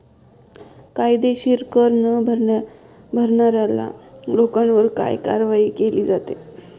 कायदेशीर कर न भरणाऱ्या लोकांवर काय कारवाई केली जाते?